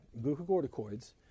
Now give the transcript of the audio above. glucocorticoids